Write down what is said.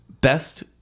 Best